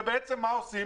ובעצם מה עושים?